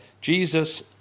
Jesus